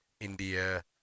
India